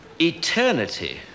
eternity